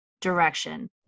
direction